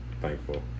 Thankful